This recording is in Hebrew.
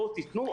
בואו תתנו,